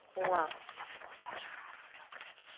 ah professional, so good,